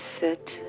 sit